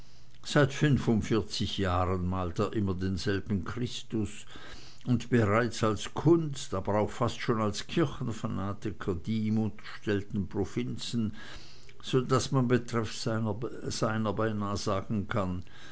seit fünfundvierzig jahren malt er immer denselben christus und bereist als kunst aber fast auch schon als kirchenfanatiker die ihm unterstellten provinzen so daß man betreffs seiner beinah sagen kann